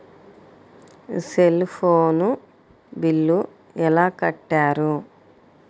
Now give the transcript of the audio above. Cell phone bill ఎలా కట్టారు?